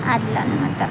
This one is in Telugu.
అట్ల అనమాట